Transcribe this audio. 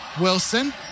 Wilson